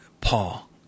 Paul